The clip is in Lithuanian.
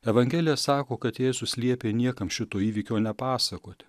evangelija sako kad jėzus liepė niekam šito įvykio nepasakoti